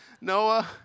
Noah